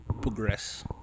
progress